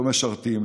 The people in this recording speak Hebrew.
לא משרתים,